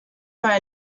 para